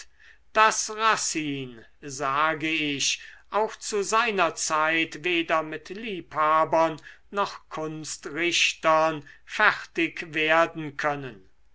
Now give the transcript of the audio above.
daß racine sage ich auch zu seiner zeit weder mit liebhabern noch kunstrichtern fertig werden können